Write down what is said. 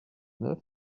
neuf